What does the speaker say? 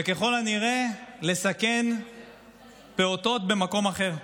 וככל הנראה לסכן פעוטות במקום אחר.